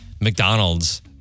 McDonald's